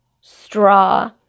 straw